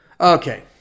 Okay